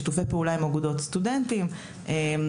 שיתופי פעולה עם אגודות סטודנטים ועוד.